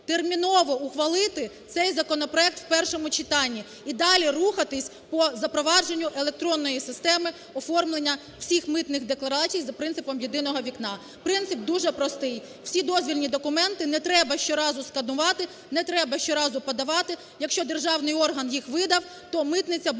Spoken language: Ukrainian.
терміново ухвалити цей законопроект у першому читанні і далі рухатися по запровадженню електронної системи оформлення всіх митних декларацій за принципом "єдиного вікна". Принцип дуже простий: всі дозвільні документи не треба щоразу сканувати, не треба щоразу подавати, якщо державний орган їх видав, то митниця буде